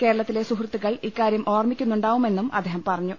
കേരളത്തിലെ സുഹൃത്തുക്കൾ ഇക്കാര്യം ഓർമ്മിക്കുന്നുണ്ടാവുമെന്നും അദ്ദേഹം പറഞ്ഞു